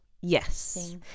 Yes